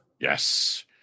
Yes